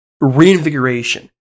reinvigoration